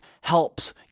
helps